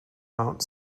mount